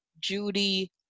Judy